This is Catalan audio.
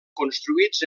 construïts